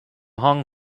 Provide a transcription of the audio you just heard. hong